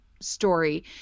story